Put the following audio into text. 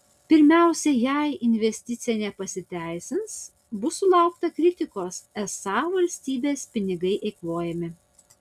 pirmiausia jei investicija nepasiteisins bus sulaukta kritikos esą valstybės pinigai eikvojami